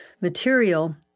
material